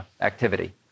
activity